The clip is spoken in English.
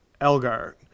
Elgar